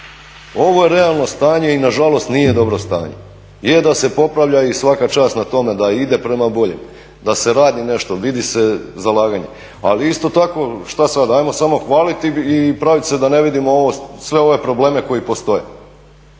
Ovo je realno stanje i nažalost nije dobro stanje. Je da se popravlja i svaka čast na tome da ide prema boljem, da se radi nešto, vidi se zalaganje, ali isto tako što sada, ajmo samo hvaliti i praviti se da ne vidimo sve ove probleme koji postoje.